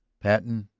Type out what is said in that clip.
patten,